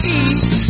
eat